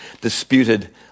disputed